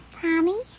Tommy